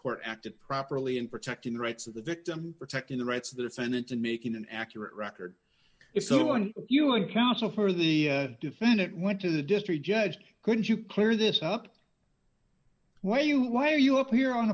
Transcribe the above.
court acted properly in protecting the rights of the victim protecting the rights of the defendant and making an accurate record is the one you and counsel for the defendant went to the district judge could you clear this up why you why are you up here on